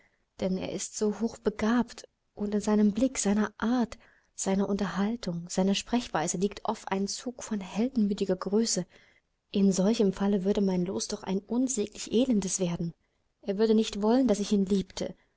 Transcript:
denn er ist so hoch begabt und in seinem blick seiner art seiner unterhaltung seiner sprechweise liegt oft ein zug von heldenmütiger größe in solchem falle würde mein los doch ein unsäglich elendes werden er würde nicht wollen daß ich ihn liebte